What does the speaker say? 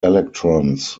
electrons